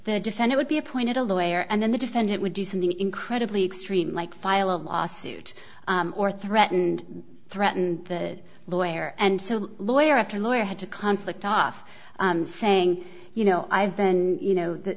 defend it would be appointed a lawyer and then the defendant would do something incredibly extreme like file a lawsuit or threatened threaten the lawyer and so lawyer after lawyer had to conflict off saying you know i've been you know the